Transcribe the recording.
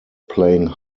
playing